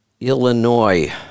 Illinois